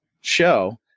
show